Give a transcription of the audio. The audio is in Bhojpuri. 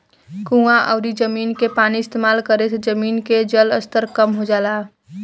कुवां अउरी जमीन के पानी इस्तेमाल करे से जमीन के जलस्तर कम हो जाला